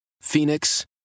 Phoenix